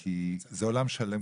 כי זה עולם שלם.